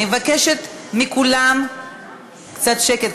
אני מבקשת מכולם קצת שקט.